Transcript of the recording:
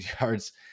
yards